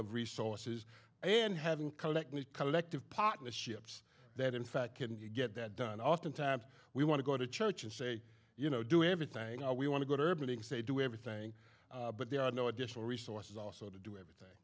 of resources and having kollek need collective partnerships that in fact can you get that done oftentimes we want to go to church and say you know do everything we want to go to urban league say do everything but there are no additional resources also to do everything